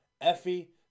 Effie